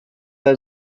that